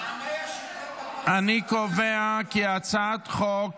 אני קובע כי הצעת חוק